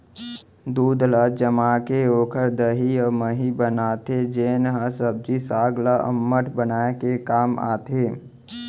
दूद ल जमाके ओकर दही अउ मही बनाथे जेन ह सब्जी साग ल अम्मठ बनाए के काम आथे